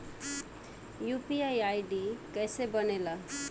UPI ID कैसे बनेला?